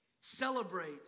celebrate